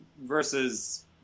versus